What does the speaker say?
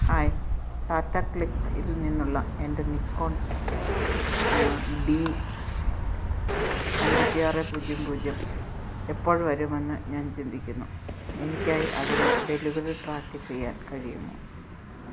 hi Tata click ഇൽ നിന്നുള്ള എൻ്റെ നിക്കോൺ ഡി അൻപത്തി ആറ് പൂജ്യം പൂജ്യം എപ്പോൾ വരുമെന്ന് ഞാൻ ചിന്തിക്കുന്നു എനിക്കായി അതിൻ്റെ ഡെലിവറി ട്രാക്ക് ചെയ്യാൻ കഴിയുമോ